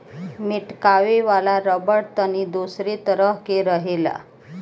मेटकावे वाला रबड़ तनी दोसरे तरह के रहेला